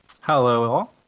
Hello